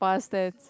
past tense